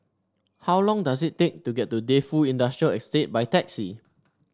how long does it take to get to Defu Industrial Estate by taxi